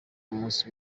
umunsi